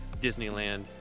Disneyland